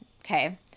Okay